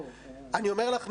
אני אומר לך,